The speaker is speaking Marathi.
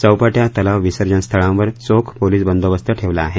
चोपाट्या तलाव विसर्जन स्थळांवर चोख पोलिस बंदोबस्त ठेवला आहे